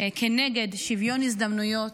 כנגד שוויון הזדמנויות,